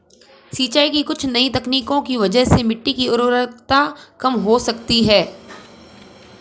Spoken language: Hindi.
सिंचाई की कुछ नई तकनीकों की वजह से मिट्टी की उर्वरता कम हो सकती है